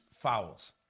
fouls